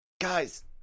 guys